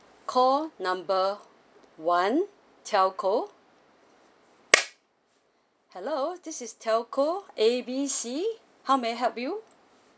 call number one telco hello this is telco A B C how may I help you